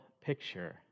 picture